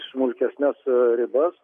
smulkesnes ribas